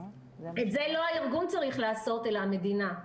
את זה לא הארגון צריך לעשות אלא המדינה.